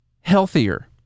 healthier